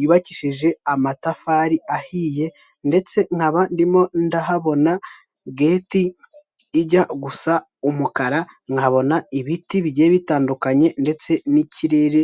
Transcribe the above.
yubakishije amatafari ahiye, ndetse nkaba ndimo ndahabona geti ijya gusa umukara nkabona ibiti bigiye bitandukanye ndetse n'ikirere.